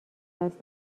است